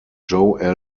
joe